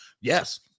yes